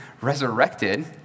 resurrected